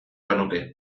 genuke